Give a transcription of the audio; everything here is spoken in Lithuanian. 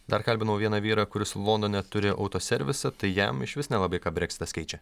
dar kalbinau vieną vyrą kuris londone turi autoservisą tai jam išvis nelabai ką breksitas keičia